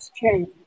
change